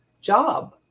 job